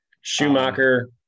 Schumacher